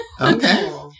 Okay